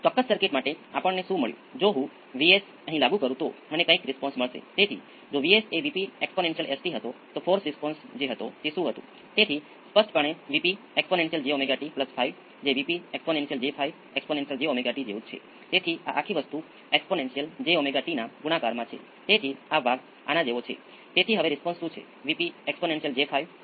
અને જો તમે આને અલગ કરો છો તો તમે આ આખી વસ્તુને અલગ કરી શકો છો અને પછી t બરાબર શૂન્ય છે